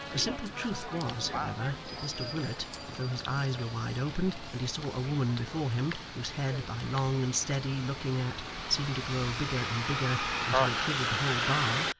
the simple truth was, however, that mr willet, although his eyes were wide open and he saw a woman before him whose head by long and steady looking at seemed to grow bigger and bigger until it filled the whole bar,